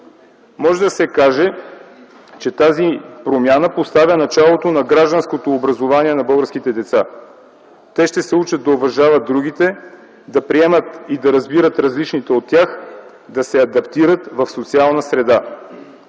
Може да се каже, че тази промяна поставя началото на гражданското образование на българските деца. Те ще се учат да уважават другите, да приемат и да разбират различните от тях, да се адаптират в социална среда.